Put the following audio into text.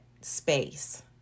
space